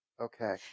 Okay